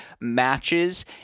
matches